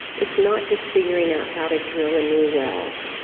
it's not just figuring out how to drill a new well.